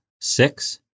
six